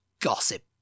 Gossip